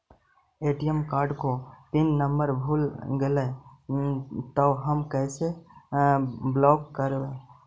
ATM card को pin number भुला गैले तौ हम कैसे ब्लॉक करवै?